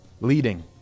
Leading